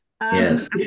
Yes